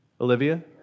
Olivia